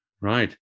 Right